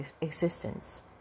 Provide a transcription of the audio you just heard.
existence